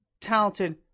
talented